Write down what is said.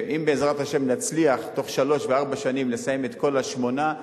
אם בעזרת השם נצליח בתוך שלוש וארבע שנים לסיים את כל השמונה,